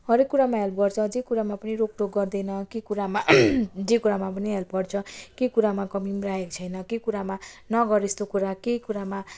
हरएक कुरामा हेल्प गर्छ जे कुरामा पनि रोकटोक गर्दैन के कुरामा जे कुरामा पनि हेल्प गर्छ के कुरामा कमी राखेको छैन के कुरामा नगर यस्तो कुरा के कुरामा